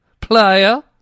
player